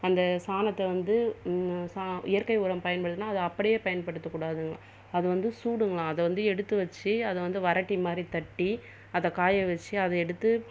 அந்த சாணத்தை வந்து இயற்கை உரம் பயன்படுத்துனால் அதை அப்படியே பயன்படுத்தக்கூடாது அது வந்து சூடுங்களாம் அது வந்து எடுத்து வைச்சு அதை வந்து வரட்டி மாதிரி தட்டி அதை காய வைச்சு அதை எடுத்து